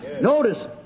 Notice